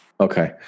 Okay